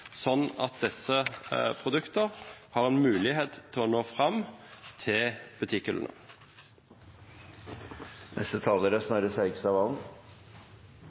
at disse produktene har en mulighet til å nå fram til butikkhyllene. Det er